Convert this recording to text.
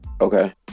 Okay